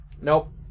Nope